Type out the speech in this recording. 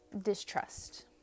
distrust